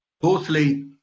Fourthly